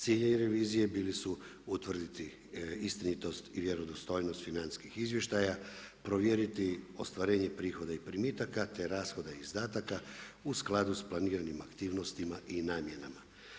Ciljevi revizije bili su utvrditi istinitost i vjerodostojnost financijskih izvještaja, provjeriti ostvarenje prihoda i primitaka, te rashoda i izdatka u skladu s planiranim aktivnosti i namjenama.